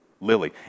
Lily